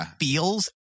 feels